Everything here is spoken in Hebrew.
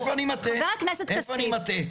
איפה אני טועה ואיפה אני מטעה??